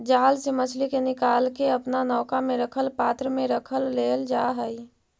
जाल से मछली के निकालके अपना नौका में रखल पात्र में रख लेल जा हई